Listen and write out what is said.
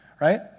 right